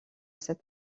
cet